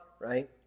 right